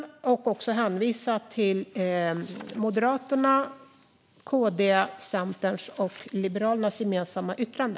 Jag vill också hänvisa till Moderaternas, Kristdemokraternas, Centerns och Liberalernas gemensamma yttrande.